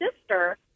sister